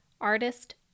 artist